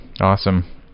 awesome